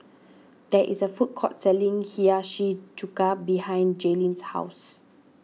there is a food court selling Hiyashi Chuka behind Jaelynn's house